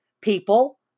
people